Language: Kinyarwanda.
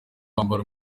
kwambara